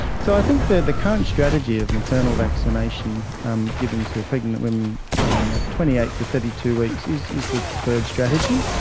so i think the the current strategy of maternal vaccination um given to pregnant women um at twenty eight to thirty two weeks is is the preferred strategy.